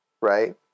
right